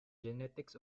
genetics